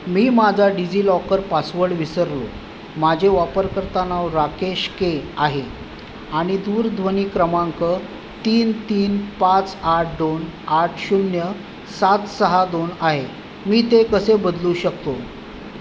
मी माझा DigiLocker password विसरलो माझे वापरकर्ता नाव राकेश के आहे आणि दूरध्वनी क्रमांक तीन तीन पाच आठ दोन आठ शून्य सात सहा दोन आहे मी ते कसे बदलू शकतो